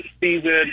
season